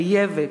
חייבת,